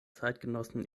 zeitgenossen